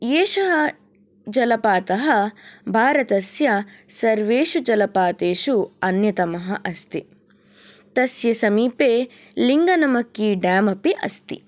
एषः जलपातः भारतस्य सर्वेषु जलपातेषु अन्यतमः अस्ति तस्य समीपे लिङ्गनमक्कि डाम् अपि अस्ति